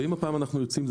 אם הפעם אנחנו יוצאים,